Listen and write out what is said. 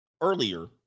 earlier